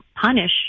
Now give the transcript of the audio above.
punish